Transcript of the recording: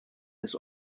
des